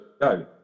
go